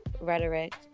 rhetoric